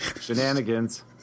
Shenanigans